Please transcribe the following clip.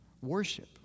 Worship